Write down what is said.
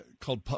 called